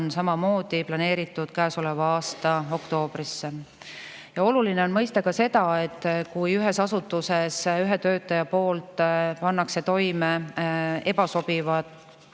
on planeeritud käesoleva aasta oktoobrisse. Oluline on mõista ka seda, et kui ühes asutuses üks töötaja paneb toime ebasobivaid